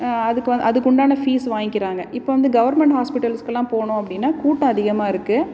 அதுக்கு வந்து அதுக்கு உண்டான ஃபீஸ் வாங்கிக்கிறாங்க இப்போ வந்து கவர்மெண்ட் ஹாஸ்பிட்டல்ஸ்கெலாம் போனோம் அப்படின்னா கூட்டம் அதிகமாக இருக்குது